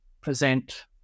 present